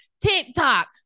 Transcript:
TikTok